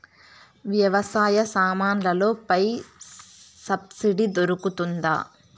వ్యవసాయ సామాన్లలో పై సబ్సిడి దొరుకుతుందా?